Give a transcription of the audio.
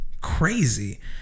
Crazy